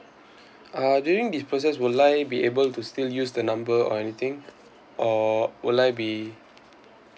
uh during this process will I be able to still use the number or anything or will I be